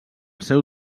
seu